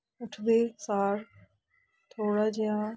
ਉੱਠਦੇ ਸਾਰ ਥੋੜ੍ਹਾ ਜਿਹਾ